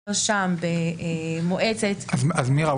כשמדובר שם במועצת --- מירה,